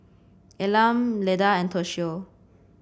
Elam Leda and Toshio